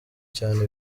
cyane